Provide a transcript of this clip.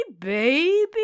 baby